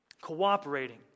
cooperating